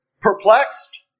perplexed